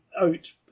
out